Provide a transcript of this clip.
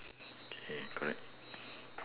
okay correct